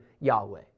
Yahweh